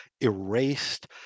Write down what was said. erased